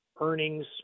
Earnings